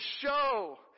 show